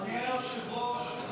אדוני היושב-ראש,